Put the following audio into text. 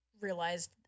realized